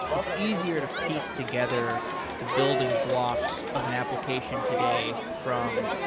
it's easier to piece together the building blocks of an application today from,